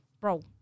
bro